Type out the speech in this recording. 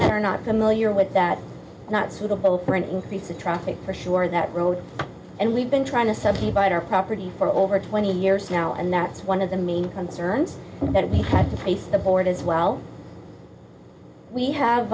concern are not familiar with that not suitable for an increase of traffic for sure that road and we've been trying to suck you but our property for over twenty years now and that's one of the main concerns that we have to face the board as well we have